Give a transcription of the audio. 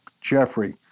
Jeffrey